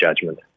judgment